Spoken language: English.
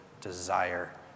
desire